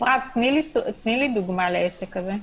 אפרת, תני לי דוגמה לעסק כזה.